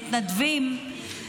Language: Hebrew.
מתנדבים,